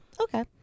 Okay